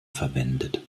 verwendet